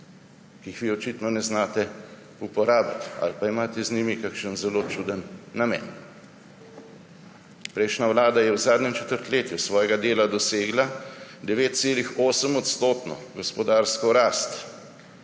ki jih vi očitno ne znate uporabiti ali pa imate z njimi kakšen zelo čuden namen. Prejšnja vlada je v zadnjem četrtletju svojega dela dosegla 9,8-odstotno gospodarsko rast,